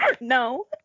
No